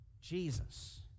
Jesus